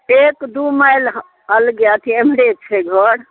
एक दू माइल हऽ अलगे अथी एम्हरे छै घर